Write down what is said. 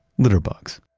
litterbugs.